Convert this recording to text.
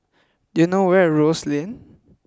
do you know where is Rose Lane